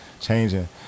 changing